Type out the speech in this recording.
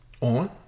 On